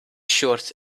short